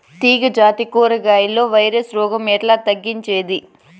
తీగ జాతి కూరగాయల్లో వైరస్ రోగం ఎట్లా తగ్గించేది?